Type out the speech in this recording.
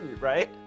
right